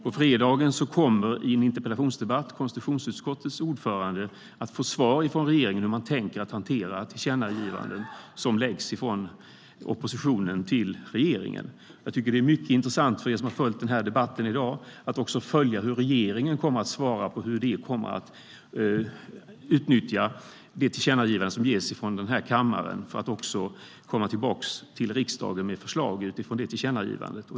På fredagen kommer konstitutionsutskottets ordförande i en interpellationsdebatt att få svar från regeringen om hur man tänker hantera tillkännagivanden från oppositionen till regeringen. För er som har följt debatten i dag är det intressant att följa hur regeringen kommer att svara på hur man kommer att utnyttja det tillkännagivande som ges från den här kammaren, för att komma tillbaka till riksdagen med förslag utifrån det tillkännagivandet.